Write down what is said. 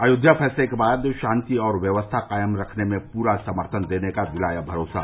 अयोध्या फैसले के बाद शांति और व्यवस्था कायम रखने में पूरा समर्थन देने का दिलाया भरोसा